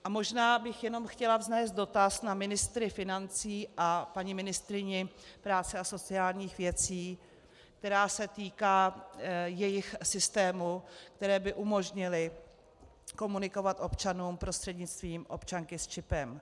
A možná bych jenom chtěla vznést dotaz na ministra financí a paní ministryni práce a sociálních věcí, který se týká jejich systémů, které by umožnily komunikovat občanům prostřednictvím občanky s čipem.